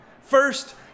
First